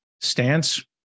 stance